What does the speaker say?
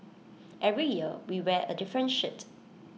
every year we wear A different shirt